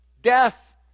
Death